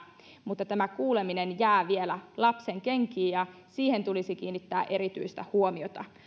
mutta tuntuu siltä että monesti koulun arjessa tämä kuuleminen jää vielä lapsenkenkiin ja siihen tulisi kiinnittää erityistä huomiota